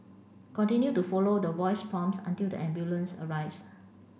continue to follow the voice prompts until the ambulance arrives